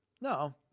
No